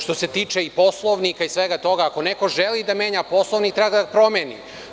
Što se tiče Poslovnika i svega toga, ako neko želi da menja Poslovnik, treba da ga promeni.